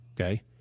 Okay